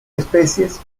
especies